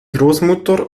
großmutter